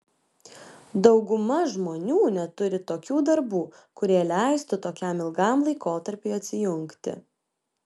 dauguma žmonių neturi tokių darbų kurie leistų tokiam ilgam laikotarpiui atsijungti